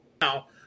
now